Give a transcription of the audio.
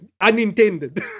unintended